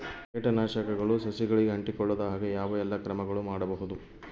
ಕೇಟನಾಶಕಗಳು ಸಸಿಗಳಿಗೆ ಅಂಟಿಕೊಳ್ಳದ ಹಾಗೆ ಯಾವ ಎಲ್ಲಾ ಕ್ರಮಗಳು ಮಾಡಬಹುದು?